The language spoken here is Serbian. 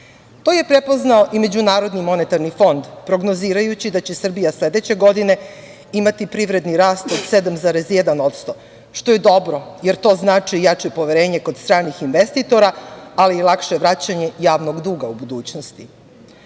je prepoznao i MMF, prognozirajući da će Srbija sledeće godine imati privredni rast od 7,1% što je dobro, jer to znači jače poverenje kod stranih investitora, ali i lakše vraćanje javnog duga u budućnosti. Sve